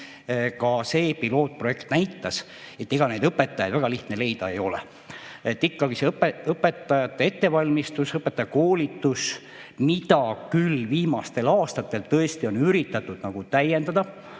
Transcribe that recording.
ka pilootprojekt näitas, et ega neid õpetajaid väga lihtne leida ei ole. Ikkagi see õpetajate ettevalmistus, õpetajakoolitus, mida küll viimastel aastatel tõesti on üritatud täiendada